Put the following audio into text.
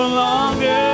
longer